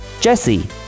Jesse